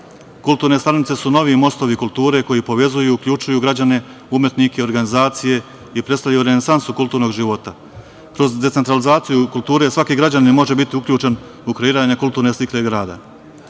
Kulturne stanice su novi mostovi kulture koji povezuju, uključuju građane, umetnike, organizacije i predstavljaju renesansu kulturnog života. Kroz decentralizaciju kulture svaki građanin može biti uključen u kreiranje kulturne slike grada.U